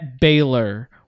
Baylor